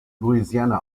louisiana